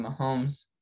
Mahomes